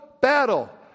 battle